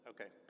Okay